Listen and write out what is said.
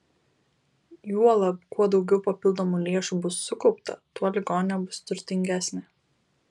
juolab kuo daugiau papildomų lėšų bus sukaupta tuo ligoninė bus turtingesnė